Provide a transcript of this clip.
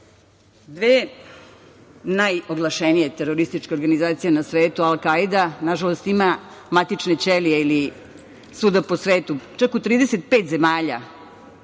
se. Dve najoglašenije terorističke organizacije na svetu Al Kaida, nažalost ima matične ćelije ili svuda po svetu, čak u 35 zemalja